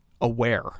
aware